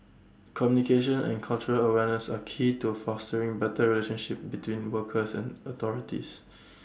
communication and cultural awareness are key to fostering better relationship between workers and authorities